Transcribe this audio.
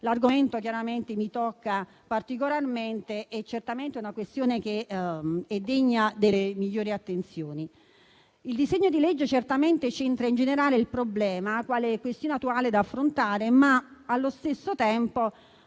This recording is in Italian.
l'argomento mi tocca particolarmente ed è certamente una questione degna delle migliori attenzioni. Il disegno di legge centra in generale il problema, quale questione naturale da affrontare, ma allo stesso tempo